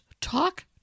talk